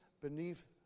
beneath